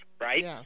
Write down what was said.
right